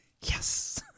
yes